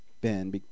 Ben